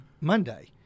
Monday